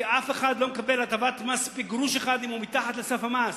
כי אף אחד לא מקבל הטבת מס בגרוש אחד אם הוא מתחת לסף המס.